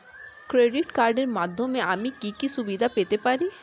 Credit কার্ডের মাধ্যমে আমি কি কি সুবিধা পেতে পারি?